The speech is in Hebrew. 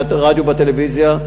ברדיו ובטלוויזיה,